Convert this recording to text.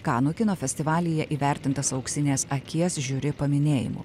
kanų kino festivalyje įvertintas auksinės akies žiuri paminėjimu